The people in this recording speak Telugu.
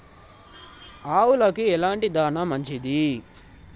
ఆవులకు ఎలాంటి దాణా మంచిది?